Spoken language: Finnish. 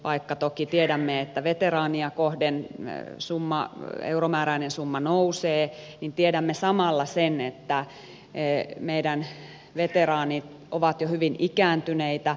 vaikka toki tiedämme että veteraania kohden euromääräinen summa nousee niin tiedämme samalla sen että meidän veteraanimme ovat jo hyvin ikääntyneitä